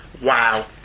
Wow